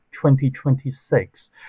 2026